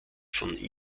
von